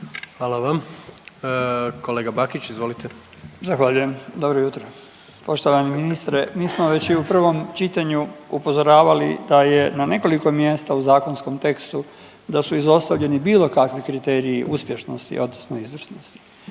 Hvala vam. Kolega Bakić, izvolite. **Bakić, Damir (Možemo!)** Zahvaljujem. Dobro jutro. Poštovani ministre, mi smo već i u prvom čitanju upozoravali da je na nekoliko mjesta u zakonskom tekstu, da su izostavljeni bilo kakvi kriteriji uspješnosti odnosno izvrsnosti.